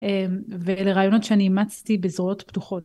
ואלה רעיונות שאני אימצתי בזרועות פתוחות.